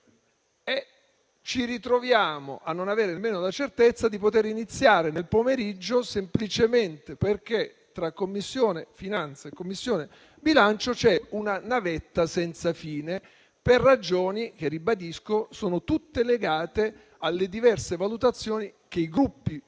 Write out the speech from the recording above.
e ci ritroviamo a non avere nemmeno la certezza di poter iniziare nel pomeriggio, semplicemente perché tra Commissione finanze e Commissione bilancio c'è una navetta senza fine, per ragioni - lo ribadisco - tutte legate alle diverse valutazioni che i Gruppi